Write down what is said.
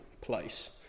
place